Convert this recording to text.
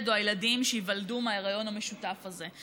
או הילדים שייוולדו מההיריון המשותף הזה.